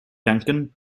duncan